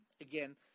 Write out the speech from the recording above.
again